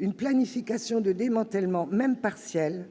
Une planification de démantèlement, même partielle,